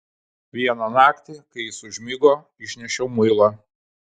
vieną naktį kai jis užmigo išnešiau muilą